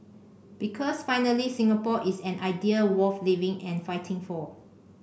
because finally Singapore is an idea worth living and fighting for